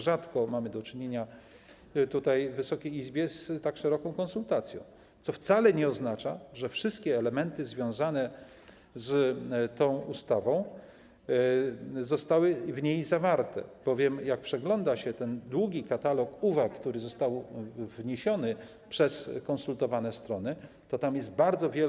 Rzadko mamy do czynienia tutaj, w Wysokiej Izbie, z tak szeroką konsultacją, co wcale nie oznacza, że wszystkie elementy związane z tą ustawą zostały w niej zawarte, bowiem jak przegląda się ten długi katalog uwag, który został wniesiony przez konsultowane strony, to tam jest bardzo wiele.